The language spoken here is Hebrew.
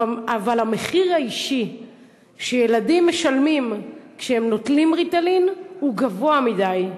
אבל המחיר האישי שילדים משלמים כשהם נוטלים "ריטלין" הוא גבוה מדי.